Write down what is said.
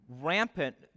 rampant